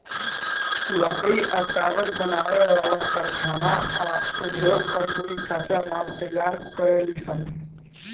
लकड़ी आ कागज बनावे वाला कारखाना आ उधोग कम्पनी कच्चा माल तैयार करेलीसन